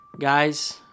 Guys